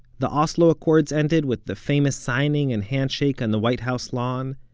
the oslo accords ended with the famous signing and handshake on the white house lawn.